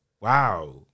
Wow